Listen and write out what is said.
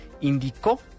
indicó